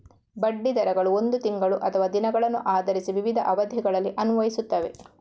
ಬಡ್ಡಿ ದರಗಳು ಒಂದು ತಿಂಗಳು ಅಥವಾ ದಿನಗಳನ್ನು ಆಧರಿಸಿ ವಿವಿಧ ಅವಧಿಗಳಲ್ಲಿ ಅನ್ವಯಿಸುತ್ತವೆ